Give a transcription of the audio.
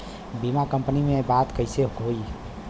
बीमा कंपनी में बात कइसे होई?